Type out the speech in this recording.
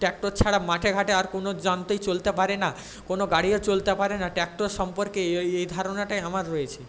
tractor ছাড়া মাঠেঘাটে আর কোনো যন্ত্রই চলতে পারে না কোনো গাড়িও চলতে পারে না ট্র্যাক্টর সম্পর্কে এই ধারণাটাই আমার রয়েছে